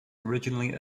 originally